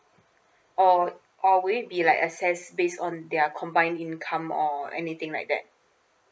or or will it be like access based on their combined income or anything like that